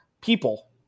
people